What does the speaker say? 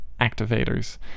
activators